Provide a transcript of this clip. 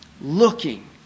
Looking